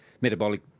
metabolic